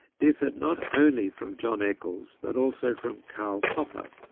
differed not only from john eccles but also from karl popper,